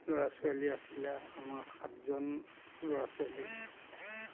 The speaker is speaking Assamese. ল'ৰা ছোৱালী আছিলে আমাৰ সাতজন ল'ৰা ছোৱালী